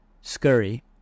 scurry